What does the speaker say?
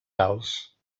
gals